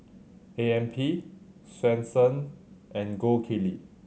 A M P Swensens and Gold Kili